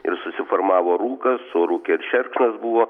ir susiformavo rūkas o rūke ir šerkšnas buvo